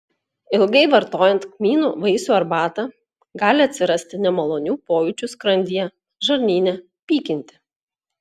ilgai vartojant kmynų vaisių arbatą gali atsirasti nemalonių pojūčių skrandyje žarnyne pykinti